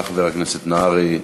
תודה, חבר הכנסת נהרי.